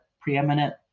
preeminent